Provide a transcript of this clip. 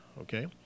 okay